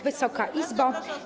Wysoka Izbo!